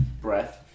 breath